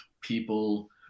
people